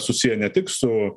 susiję ne tik su